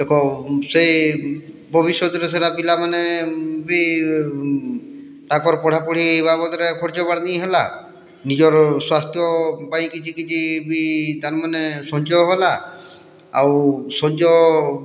ଏକ ସେ ଭବିଷ୍ୟତ୍ରେ ସେଟା ପିଲାମାନେ ବି ତାକର୍ ପଢ଼ାପଢି ବାବଦ୍ରେ ଖର୍ଚ୍ଚ ପାତି ହେଲା ନିଜର୍ ସ୍ୱାସ୍ଥ୍ୟ ପାଇଁ କିଛି କିଛି ବି ତାର୍ମାନେ ସଞ୍ଚୟ ହେଲା ଆଉ ସଞ୍ଚୟ